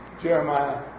Jeremiah